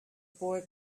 boy